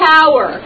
Power